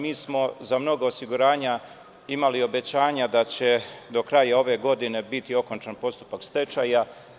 Mi smo za mnoga osiguranja imali obećanja da će do kraja ove godine biti okončan postupak stečaja.